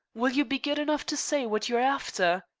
will you be good enough to say what you're after?